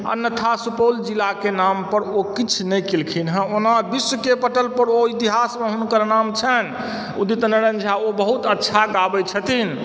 अन्यथा सुपौल जिलाके नाम पर ओ किछ नहि केलखिन हँ ओना विश्वके पटल पर ओ इतिहासमे हुनकर नाम छनि उदित नारायण झा ओ बहुत अच्छा गाबय छथिन